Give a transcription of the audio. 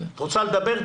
רוצה לדבר,